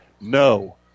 no